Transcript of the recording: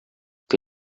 que